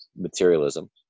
materialism